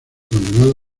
condenado